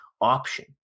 option